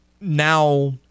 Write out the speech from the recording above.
now